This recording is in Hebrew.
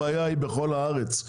הבעיה היא בכל הארץ,